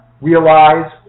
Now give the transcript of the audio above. realize